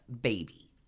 baby